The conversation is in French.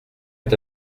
est